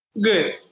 Good